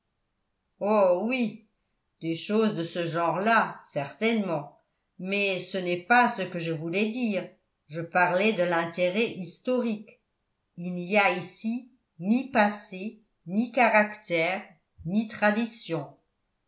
oh oui des choses de ce genre-là certainement mais ce n'est pas ce que je voulais dire je parlais de l'intérêt historique il n'y a ici ni passé ni caractère ni traditions